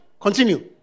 Continue